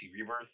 Rebirth